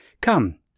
Come